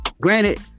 Granted